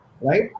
right